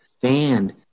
fanned